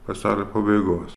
pasaulio pabaigos